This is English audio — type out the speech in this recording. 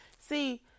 see